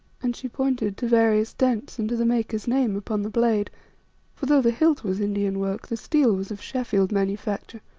and she pointed to various dents and to the maker's name upon the blade for though the hilt was indian work the steel was of sheffield manufacture.